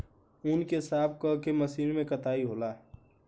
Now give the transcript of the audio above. ऊँन के साफ क के मशीन से कताई होला